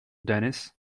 denis